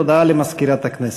הודעה למזכירת הכנסת.